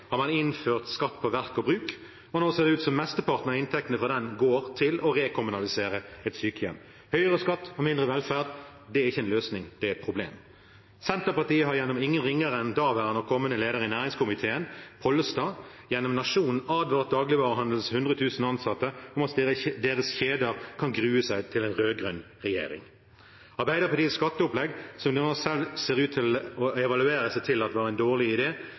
har man innført skatt på verk og bruk, og nå ser det ut som om mesteparten av inntektene fra den går til å rekommunalisere et sykehjem. Høyere skatt og mindre velferd – det er ikke en løsning, det er et problem. Senterpartiet har gjennom ingen ringere enn daværende og kommende leder av næringskomiteen, representanten Pollestad, gjennom Nationen, advart dagligvarehandelens 100 000 ansatte om at deres kjeder kan grue seg til en rød-grønn regjering. Arbeiderpartiets skatteopplegg, som de nå selv ser ut til å evaluere seg til var en dårlig